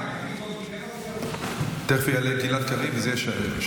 מה, קריב לא דיבר על זה?